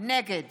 נגד